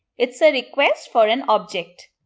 it's a request for an object.